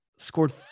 Scored